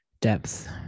depth